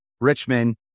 Richmond